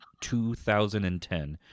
2010